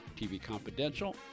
tvconfidential